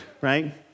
right